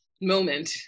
moment